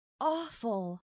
awful